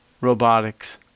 robotics